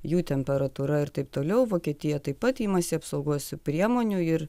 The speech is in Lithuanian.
jų temperatūra ir taip toliau vokietija taip pat imasi apsaugos priemonių ir